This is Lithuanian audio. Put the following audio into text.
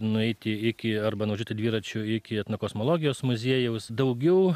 nueiti iki arba nuvažiuoti dviračiu iki etnokosmologijos muziejaus daugiau